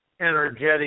energetic